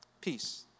Peace